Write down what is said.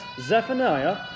Zephaniah